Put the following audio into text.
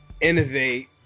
Innovate